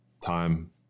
time